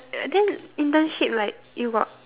then internship like you got